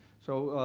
so,